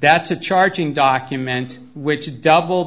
that's a charging document which doubled